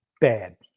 Bad